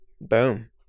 Boom